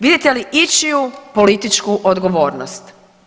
Vidite li ičiju političku odgovornost?